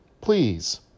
Please